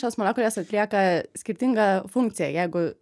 šios molekulės atlieka skirtingą funkciją jeigu